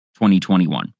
2021